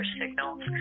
signals